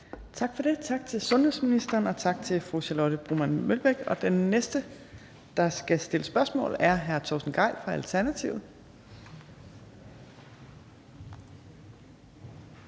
Tak for det. Tak til sundhedsministeren, og tak til fru Charlotte Broman Mølbæk. Den næste, der skal stille spørgsmål, er hr. Torsten Gejl fra Alternativet,